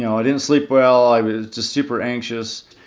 i didn't sleep well. i was just super anxious.